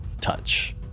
Touch